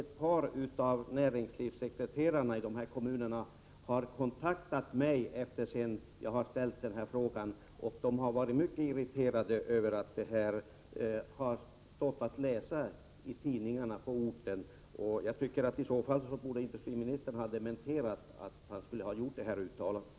Ett par näringslivssekreterare från de här kommunerna har kontaktat mig efter det att jag ställt frågan, och de har varit mycket irriterade över att dessa uttalanden har stått att läsa i ortens tidningar. Om detta inte stämmer så borde industriministern i så fall ha dementerat att han gjort de här uttalandena.